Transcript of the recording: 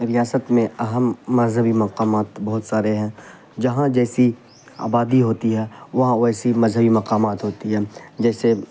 ریاست میں اہم مذہبی مقامات بہت سارے ہیں جہاں جیسی آبادی ہوتی ہے وہاں ویسی مذہبی مقامات ہوتی ہے جیسے